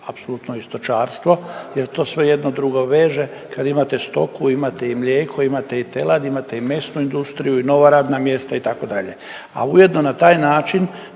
apsolutno i stočarstvo jer to sve jedno drugo veže kad imate stoku, imate i mlijeko, imate i telad, imate i mesnu industriju i nova radna mjesta, itd., a ujedno na taj način